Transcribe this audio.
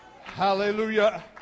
Hallelujah